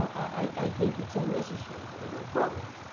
i think it's unnecessary, but i have no problem.